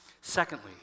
Secondly